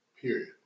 Period